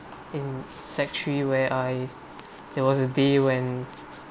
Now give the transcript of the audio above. in sec three where I there was a day when